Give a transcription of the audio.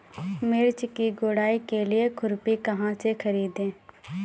मिर्च की गुड़ाई के लिए खुरपी कहाँ से ख़रीदे?